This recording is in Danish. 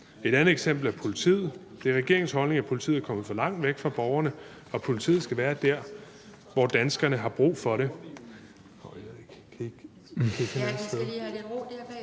Et andet eksempel er politiet. Det er regeringens holdning, at politiet er kommet for langt væk fra borgerne, og at politiet skal være der, hvor danskerne har brug for det.